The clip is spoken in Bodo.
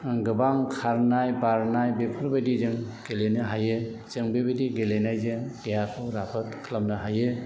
गोबां खारनाय बारनाय बेफोर बायदि जों गेलेनो हायो जों बेबायदि गेलेनायजों देहाखौ राफोद खालामनो हायो